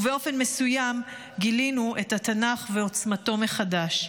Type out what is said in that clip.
ובאופן מסוים גילינו את התנ"ך ועוצמתו מחדש.